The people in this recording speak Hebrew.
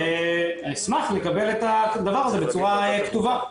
ואשמח לקבל את הדבר הזה בצורה כתובה.